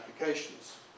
applications